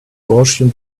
gaussian